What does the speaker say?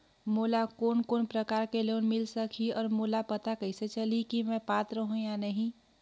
मोला कोन कोन प्रकार के लोन मिल सकही और मोला पता कइसे चलही की मैं पात्र हों या नहीं?